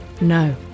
No